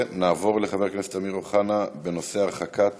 נעבור לשאילתה של חבר הכנסת אמיר אוחנה בנושא: הרחקת